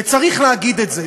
וצריך להגיד את זה,